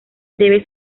debe